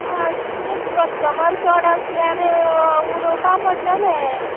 आं ते कश्टमर चड आसल्यार होय उडोवपा पडटले